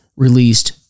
released